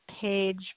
page